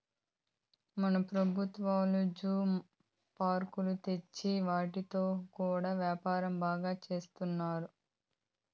మన పెబుత్వాలు జూ పార్కులు తెచ్చి వాటితో కూడా యాపారం బాగా సేత్తండారు